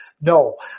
no